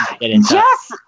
yes